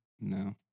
No